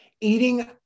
Eating